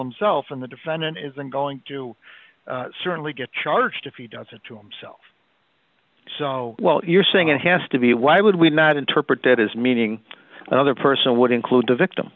him self in the defendant isn't going to certainly get charged if he does it to himself so well you're saying it has to be why would we not interpret that as meaning another person would include the victim